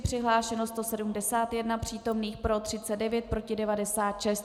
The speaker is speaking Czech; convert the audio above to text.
Přihlášeno 171 přítomných, pro 39, proti 96.